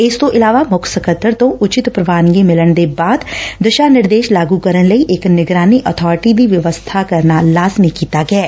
ਇਸ ਤੋਂ ਇਲਾਵਾ ਮੁੱਖ ਸਕੱਤਰ ਤੋਂ ਉਚਿਤ ਪ੍ਰਵਾਨਗੀ ਮਿਲਣ ਦੇ ਬਾਅਦ ਦਿਸਾ ਨਿਰਦੇਸ਼ ਲਾਗੁ ਕਰਨ ਲਈ ਇੱਕ ਨਿਗਰਾਨੀ ਅਬਾਰਟੀ ਦੀ ਵਿਵਸਬਾ ਕਰਨਾ ਲਾਜ਼ਮੀ ਕੀਤਾ ਗਿਐ